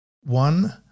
one